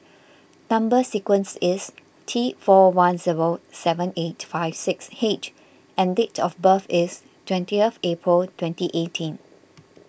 Number Sequence is T four one zero seven eight five six H and date of birth is twentieth April twenty eighteen